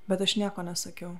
bet aš nieko nesakiau